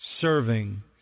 Serving